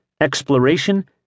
exploration